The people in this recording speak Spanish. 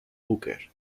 booker